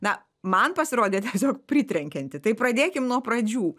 na man pasirodė tiesiog pritrenkianti tai pradėkim nuo pradžių